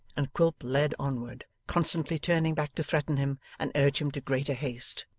and quilp led onward, constantly turning back to threaten him, and urge him to greater haste.